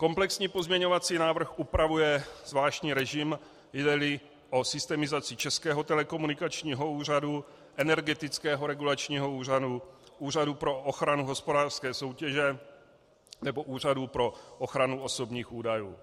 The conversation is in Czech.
Komplexní pozměňovací návrh upravuje zvláštní režim, jdeli o systemizaci Českého telekomunikačního úřadu, Energetického regulačního úřadu, Úřadu pro ochranu hospodářské soutěže nebo Úřadu pro ochranu osobních údajů.